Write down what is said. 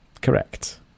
Correct